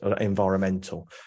environmental